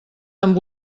amb